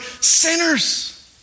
Sinners